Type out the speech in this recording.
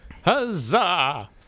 Huzzah